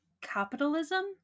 Capitalism